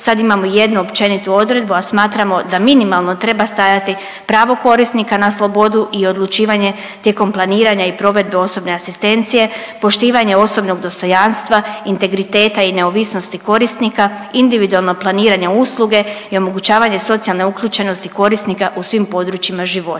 Sad imamo jednu općenitu odredbu a smatramo da minimalno treba stajati pravo korisnika na slobodu i odlučivanje tijekom planiranja i provedbe osobne asistencije, poštivanje osobnog dostojanstva, integriteta i neovisnosti korisnika, individualno planiranje usluge i omogućavanje socijalne uključenosti korisnika u svim područjima života.